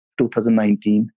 2019